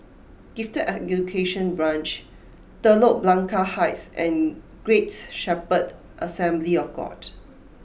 Gifted Education Branch Telok Blangah Heights and Great Shepherd Assembly of God